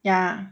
ya